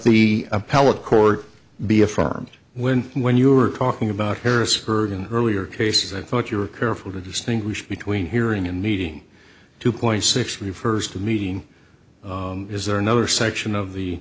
appellate court be a farm when when you were talking about harrisburg and earlier cases i thought you were careful to distinguish between hearing and meeting two point six three first meeting is there another section of the